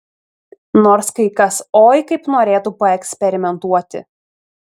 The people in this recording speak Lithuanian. nors kai kas oi kaip norėtų paeksperimentuoti